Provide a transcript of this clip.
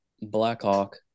Blackhawk